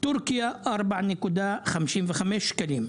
טורקיה 4.55 שקלים,